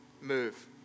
move